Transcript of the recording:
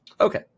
Okay